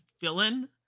villain